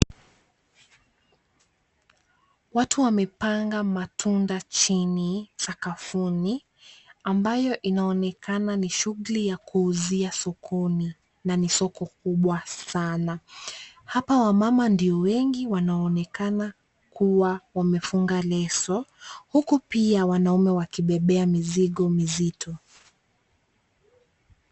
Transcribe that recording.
Watu wamepanga matunda chini sakafuni ambayo inaonekana ni shughuli ya kuuzia sokoni na ni soko kubwa sana. Hapa wamama ndio wengi wanaonekana kuwa wamefunga leso huku pia wanaume wakibebea mizigo mizito.